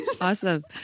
awesome